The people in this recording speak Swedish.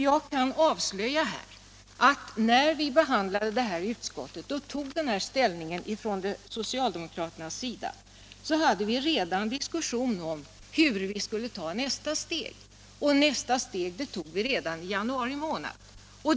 Jag kan avslöja att när vi behandlade detta i utskottet och gjorde det här ställningstagandet från socialdemokraternas sida, hade vi redan diskussioner om hur vi skulle ta nästa steg, och det tog vi redan i januari månad.